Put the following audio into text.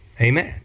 Amen